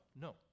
no